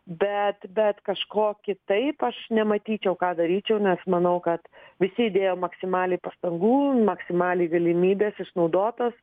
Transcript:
bet bet kažko kitaip aš nematyčiau ką daryčiau nes manau kad visi įdėjom maksimaliai pastangų maksimaliai galimybės išnaudotos